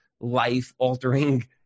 life-altering